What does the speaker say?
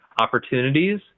opportunities